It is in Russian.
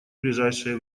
ближайшее